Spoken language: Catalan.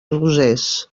rosers